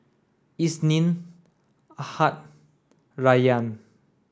Isnin Ahad Rayyan